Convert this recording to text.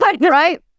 right